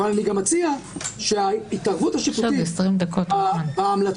כלומר, יש הדין של